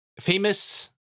famous